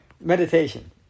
Meditation